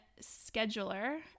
scheduler